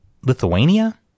lithuania